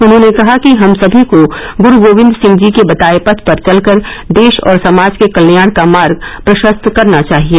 उन्होंने कहा कि हम सभी को गरू गोविंद सिंह जी के बताये पथ पर चल कर देश और समाज के कल्याण का मार्ग प्रशस्त करना चाहिये